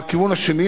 הכיוון השני,